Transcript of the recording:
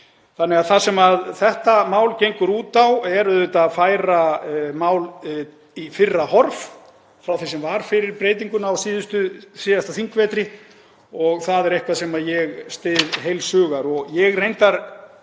undir. Það sem þetta mál gengur út á er auðvitað að færa mál í fyrra horf frá því sem var fyrir breytinguna á síðasta þingvetri. Það er eitthvað sem ég styð heils hugar. Reyndar